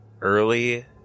early